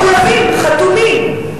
מחויבים, חתומים.